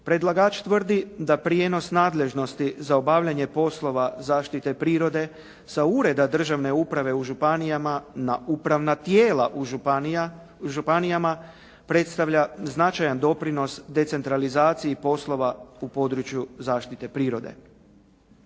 Predlagač tvrdi da prijenos nadležnosti za obavljanje poslova zaštite prirode sa ureda državne uprave u županijama na upravna tijela u županijama, predstavlja značajan doprinos decentralizaciji poslova u području zaštite prirode.